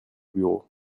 bureau